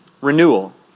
Renewal